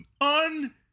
un